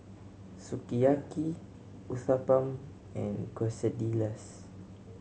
Sukiyaki Uthapam and Quesadillas